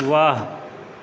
वाह